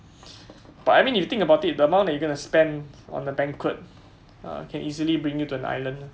but I mean if you think about it the amount you gonna to spend on a banquet uh can easily bring you to an island